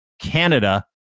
Canada